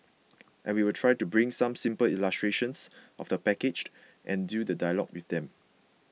and we will try to bring some simple illustrations of the package and do the dialogue with them